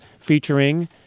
featuring